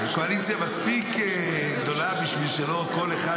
הקואליציה מספיק גדולה בשביל שלא כל אחד